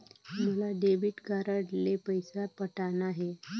मोला debit card ले पइसा पटाना हे?